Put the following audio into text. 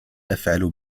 أفعل